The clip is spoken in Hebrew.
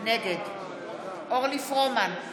נגד אורלי פרומן,